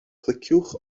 cliciwch